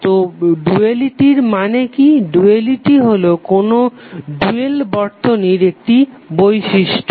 তো ডুয়ালিটির মানে কি ডুয়ালিটি হলো যেকোনো ডুয়াল বর্তনীর একটি বৈশিষ্ট্য